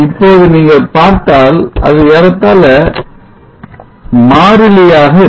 இப்போது நீங்கள் பார்த்தால் அது ஏறத்தாழ மாறிலியாக இருக்கும்